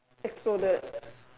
as for the